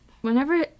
Whenever